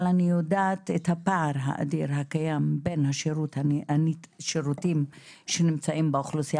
אבל אני יודעת את הפער האדיר הקיים בין השירותים שנמצאים באוכלוסייה